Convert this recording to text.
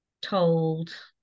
told